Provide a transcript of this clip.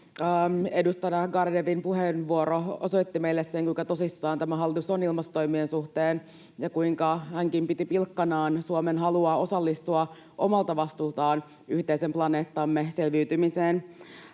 Edustaja Garedewin puheenvuoro osoitti meille sen, kuinka tosissaan tämä hallitus on ilmastotoimien suhteen, kun hänkin piti pilkkanaan Suomen halua osallistua omalta vastuultaan yhteisen planeettamme selviytymiseen.